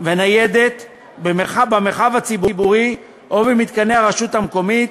וניידת במרחב הציבורי ובמתקני הרשות המקומית,